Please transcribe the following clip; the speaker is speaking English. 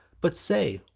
but say,